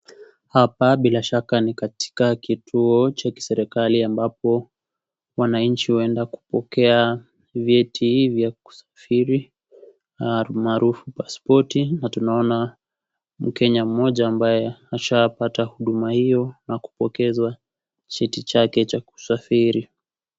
Hapa bila shaka ni katika kituo cha serikali ambapo wananchi huenda kupokea vyeti vya kusafiri almaarufu paspoti na tunaona mkenya mmoja ambaye ashapata huduma hiyo na kupokezwa cheti chake cha kusafiri.